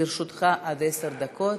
לרשותך עד עשר דקות.